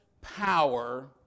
power